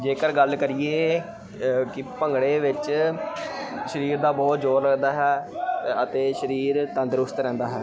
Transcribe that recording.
ਜੇਕਰ ਗੱਲ ਕਰੀਏ ਕਿ ਭੰਗੜੇ ਵਿੱਚ ਸਰੀਰ ਦਾ ਬਹੁਤ ਜ਼ੋਰ ਲੱਗਦਾ ਹੈ ਅਤੇ ਸਰੀਰ ਤੰਦਰੁਸਤ ਰਹਿੰਦਾ ਹੈ